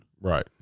Right